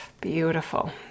Beautiful